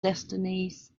destinies